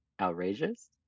outrageous